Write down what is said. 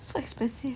so expensive